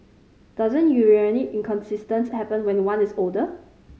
doesn't urinary incontinence happen when one is older